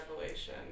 revelation